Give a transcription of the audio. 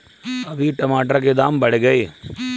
अभी टमाटर के दाम बढ़ गए